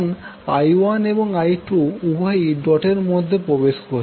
এখন i1এবং i2 উভয়ই ডট এর মধ্যে প্রবেশ করছে